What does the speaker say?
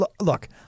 look